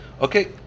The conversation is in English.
Okay